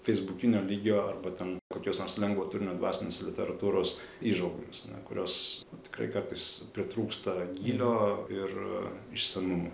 feisbukinio lygio arba ten kokios nors lengvo turinio dvasinės literatūros įžvalgomis kurios tikrai kartais pritrūksta gylio ir išsamumo